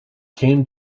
came